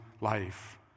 life